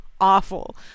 awful